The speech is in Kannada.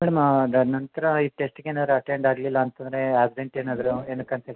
ಮೇಡಮ್ ಅದರ ನಂತರ ಈ ಟೆಸ್ಟಿಗೇನಾದರು ಅಟೆಂಡ್ ಆಗಲಿಲ್ಲ ಅಂತಂದರೆ ಅಬ್ಸೆಂಟ್ ಏನಾದರು ಏನಕ್ಕೆ ಅಂತ